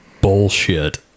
bullshit